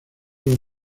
los